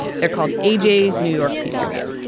they're called agee's new york pizzeria.